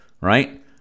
right